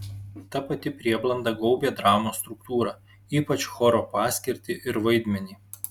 ta pati prieblanda gaubė dramos struktūrą ypač choro paskirtį ir vaidmenį